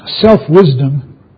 self-wisdom